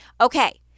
Okay